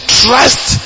trust